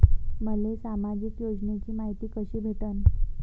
मले सामाजिक योजनेची मायती कशी भेटन?